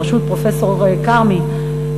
בראשות פרופסור כרמי,